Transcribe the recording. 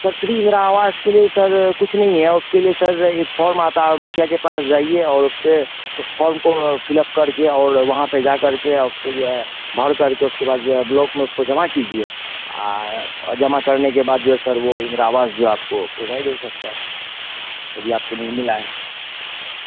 sir free Indira Awas के लिए sir कुछ नहीं है उसके लिए सर एक फॉर्म आता है और मुखिया के पास जाइए और उस पर उस फॉर्म को फिल अप करके और वहाँ पर जाकर उसको जो है भरकर उसके बाद जो है ब्लॉक में उसको जमा कीजिए और जमा करने के बाद जो है सर वह इन्दिरा आवास जो है आपको प्रोवाइड हो सकता है यदि आपको नहीं मिला है तो